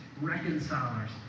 reconcilers